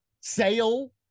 sale